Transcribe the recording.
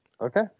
Okay